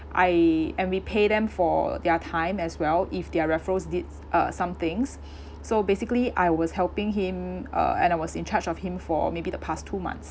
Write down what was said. I and we pay them for their time as well if their referrals did uh some things so basically I was helping him uh and I was in charge of him for maybe the past two months